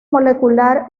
molecular